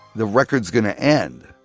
the record's going to end.